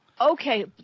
Okay